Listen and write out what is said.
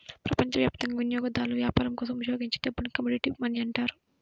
ప్రపంచవ్యాప్తంగా వినియోగదారులు వ్యాపారం కోసం ఉపయోగించే డబ్బుని కమోడిటీ మనీ అంటారు